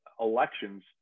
elections